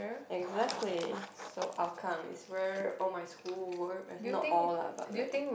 exactly so Hougang is where all my school were is not all ah but like